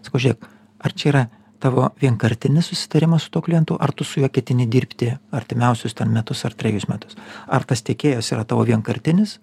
sakau žiūrėk ar čia yra tavo vienkartinis susitarimas su tuo klientu ar tu su juo ketini dirbti artimiausius ten metus ar trejus metus ar tas tiekėjas yra tavo vienkartinis